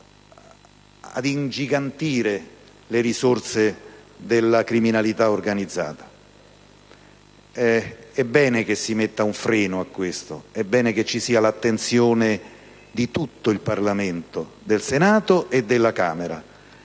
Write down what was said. a dilatare le risorse della criminalità organizzata. È bene che si metta un freno a questo fenomeno, ed è bene che ci sia l'attenzione di tutto il Parlamento, del Senato e della Camera.